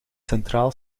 centraal